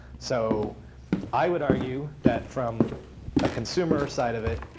so i would argue that from a consumer side of it,